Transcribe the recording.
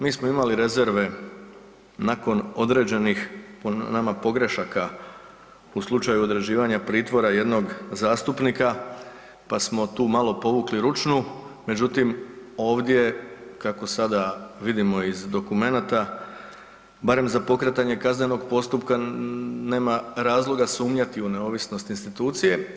Mi smo imali rezerve nakon određenih nama pogrešaka u slučaju određivanja pritvora jednog zastupnika, pa smo tu malo povukli ručnu, međutim ovdje kako sada vidimo iz dokumenata barem za pokretanje kaznenog postupka nema razloga sumnjati u neovisnost institucije.